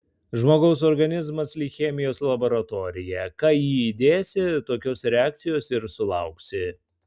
žmogaus organizmas lyg chemijos laboratorija ką į jį įdėsi tokios reakcijos ir sulauksi